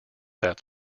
that